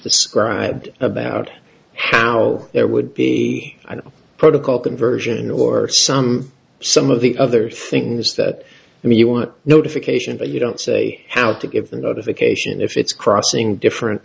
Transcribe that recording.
the scribed about how there would be a protocol conversion or some some of the other things that i mean you want notification but you don't say how to get the notification if it's crossing different